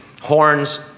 Horns